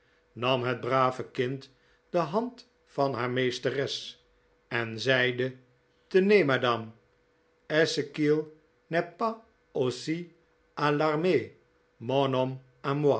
nam het brave kind de hand van haar meesteres en zeide tenez madame est-ce qu'il nest pas aussi a